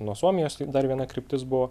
nuo suomijos dar viena kryptis buvo